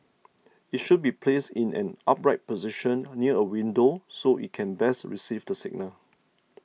it should be placed in an upright position near a window so it can best receive the signal